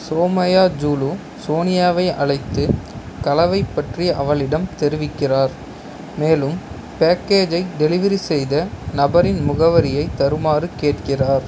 சோமயாஜுலு சோனியாவை அழைத்து கலவை பற்றி அவளிடம் தெரிவிக்கிறார் மேலும் பேக்கேஜை டெலிவரி செய்த நபரின் முகவரியை தருமாறு கேட்கிறார்